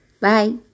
Bye